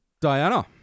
Diana